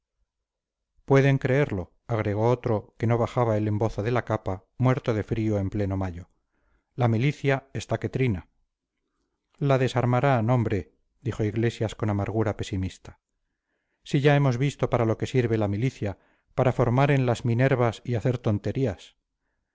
pueden creerlo agregó otro que no bajaba el embozo de la capa muerto de frío en pleno mayo la milicia está que trina la desarmarán hombre dijo iglesias con amargura pesimista si ya hemos visto para lo que sirve la milicia para formar en las minervas y hacer tonterías